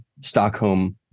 Stockholm